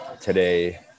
today